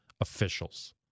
officials